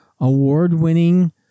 award-winning